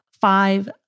five